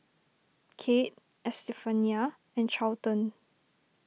Kade Estefania and Charlton